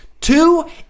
Two